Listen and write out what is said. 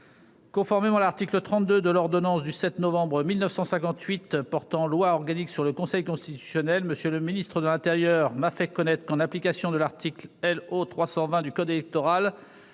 Conformément à l'article 32 de l'ordonnance du 7 novembre 1958 portant loi organique sur le Conseil constitutionnel, M. le ministre de l'intérieur m'a fait connaître que, en application de l'article L.O. 320 du code électoral,